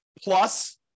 Plus